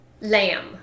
lamb